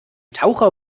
taucher